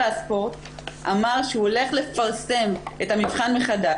משרד התרבות והספורט אמר שהוא הולך לפרסם את המבחן מחדש.